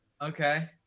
Okay